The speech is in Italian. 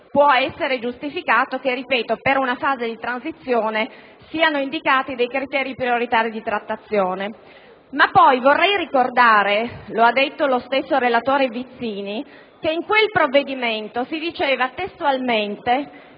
può essere giustificato che siano indicati dei criteri prioritari di trattazione, ma poi vorrei ricordare - lo ha detto lo stesso relatore Vizzini - che in quel provvedimento si diceva testualmente: